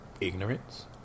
Ignorance